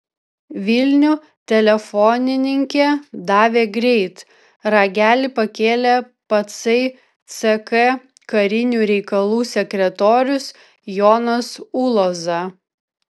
vilnių telefonininkė davė greit ragelį pakėlė patsai ck karinių reikalų sekretorius jonas uloza